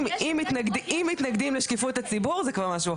אם מתנגדים לשקיפות הציבור זה כבר משהו אחר.